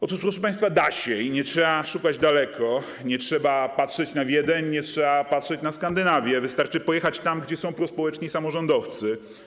Otóż, proszę państwa, da się i nie trzeba szukać daleko, nie trzeba patrzeć na Wiedeń ani na Skandynawię, wystarczy pojechać tam, gdzie są prospołeczni samorządowcy.